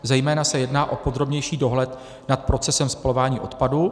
Zejména se jedná o podrobnější dohled nad procesem spalování odpadů.